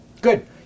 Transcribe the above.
Good